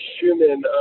Schumann